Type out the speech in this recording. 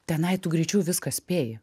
tenai tu greičiau viską spėji